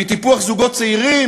מטיפוח זוגות צעירים?